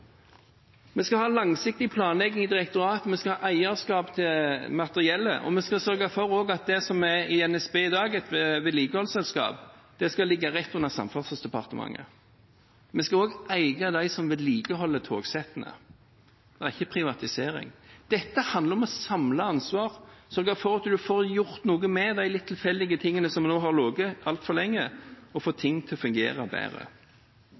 Vi skal ha en langsiktig planlegging i direktoratet, vi skal ha eierskap til materiellet, og vi skal også sørge for at det som er i NSB i dag, et vedlikeholdsselskap, skal ligge rett under Samferdselsdepartementet. Vi skal også eie dem som vedlikeholder togsettene. Det er ikke privatisering. Dette handler om å samle ansvar, sørge for at en får gjort noe med de litt tilfeldige tingene som nå har ligget altfor lenge, og få ting til å fungere bedre.